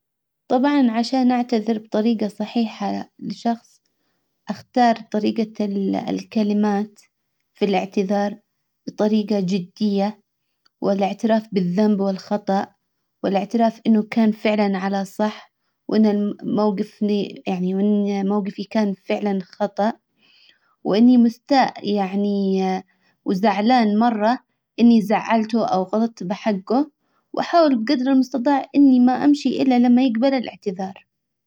طبعا عشان اعتذر بطريقة صحيحة لشخص اختار طريقة الكلمات في الاعتذار بطريقة جدية والاعتراف بالذنب والخطأ والاعتراف انه كان فعلا على صح وانه موقفني يعني وان موقفي كان فعلا خطأ واني مستاء يعني وزعلان مرة اني زعلته او غلطت بحقه واحاول بجدر المستطاع اني ما امشي الا لما يجبل الاعتذار